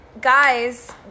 guys